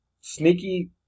Sneaky